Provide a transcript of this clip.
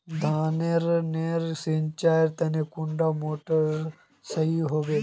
धानेर नेर सिंचाईर तने कुंडा मोटर सही होबे?